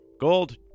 Gold